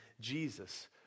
Jesus